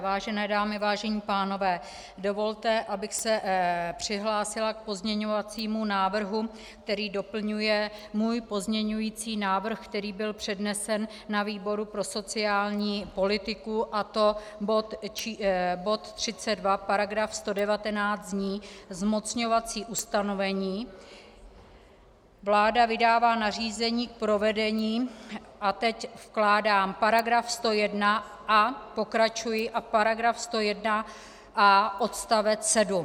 Vážené dámy, vážení pánové, dovolte, abych se přihlásila k pozměňovacímu návrhu, který doplňuje můj pozměňovací návrh, který byl přednesen na výboru pro sociální politiku, a to bod 32 § 119 zní: Zmocňovací ustanovení, vláda vydává nařízení k provedení, a teď vkládám § 101, a pokračuji, a § 101a odst. 7.